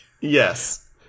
yes